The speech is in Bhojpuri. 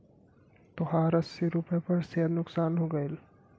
तोहार अस्सी रुपैया पर सेअर नुकसान हो गइल